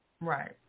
Right